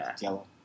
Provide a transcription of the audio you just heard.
Yellow